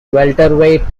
welterweight